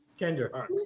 Kendra